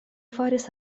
faris